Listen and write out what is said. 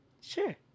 sure